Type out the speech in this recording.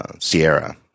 Sierra